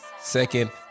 Second